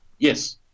Yes